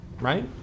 right